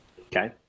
Okay